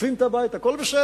ושוטפים את הבית, הכול בסדר.